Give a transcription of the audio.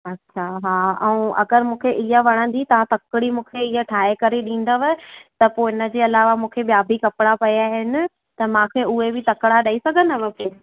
अच्छा हा ऐं अगरि मूंखे इहा वणंदी तव्हां तकिड़ी मूंखे इहा ठाहे करे ॾींदव त पोइ हिन जे अलावा मूंखे ॿिया बि कपिड़ा पिया आहिनि त मूंखे उहे बि तकिड़ा ॾेई सघंदव पहिरों